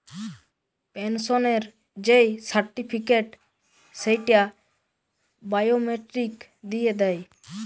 পেনসনের যেই সার্টিফিকেট, সেইটা বায়োমেট্রিক দিয়ে দেয়